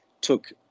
took